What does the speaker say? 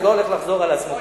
זה לא הולך לחזור על עצמו.